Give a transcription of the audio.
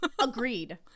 Agreed